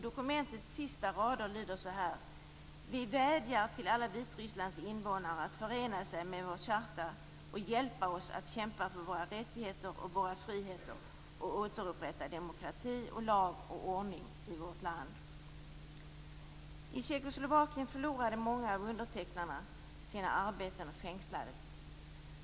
Dokumentets sista rader lyder: Vi vädjar till alla Vitrysslands invånare att förena sig med vår charta och hjälpa oss att kämpa för våra rättigheter och våra friheter och att återupprätta demokrati och lag och ordning i vårt land. I Tjeckoslovakien förlorade många av undertecknarna sina arbeten och fängslades.